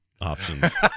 options